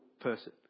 person